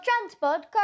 transport